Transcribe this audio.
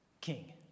king